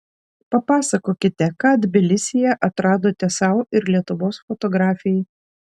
papasakokite ką tbilisyje atradote sau ir lietuvos fotografijai